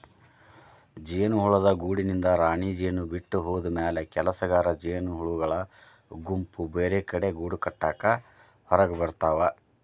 ಜೇನುಹುಳದ ಗೂಡಿನಿಂದ ರಾಣಿಜೇನು ಬಿಟ್ಟ ಹೋದಮ್ಯಾಲೆ ಕೆಲಸಗಾರ ಜೇನಹುಳಗಳ ಗುಂಪು ಬೇರೆಕಡೆ ಗೂಡಕಟ್ಟಾಕ ಹೊರಗಬರ್ತಾವ